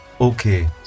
Okay